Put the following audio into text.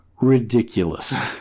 ridiculous